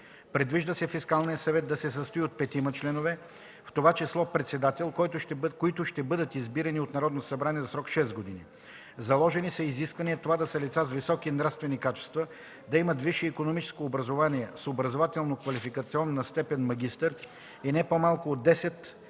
Предвижда се Фискалният съвет да се състои от петима членове, в това число председател, които ще бъдат избирани от Народното събрание за срок 6 години. Заложени са изисквания това да са лица с високи нравствени качества, да имат висше икономическо образование с образователно-квалификационна степен „магистър” и не по-малко от 10